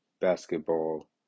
basketball